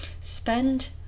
Spend